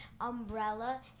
Umbrella